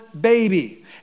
baby